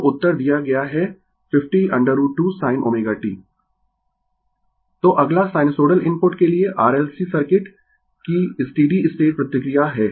तो उत्तर दिया गया है 50 √ 2 sin ω t Refer Slide Time 0404 अब अगला साइनसोइडल इनपुट के लिए R L C सर्किट की स्टीडी स्टेट प्रतिक्रिया है